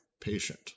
patient